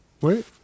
Wait